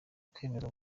kwemezwa